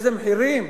איזה מחירים.